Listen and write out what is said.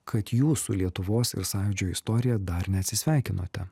kad jūs su lietuvos ir sąjūdžio istorija dar neatsisveikinote